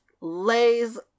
lays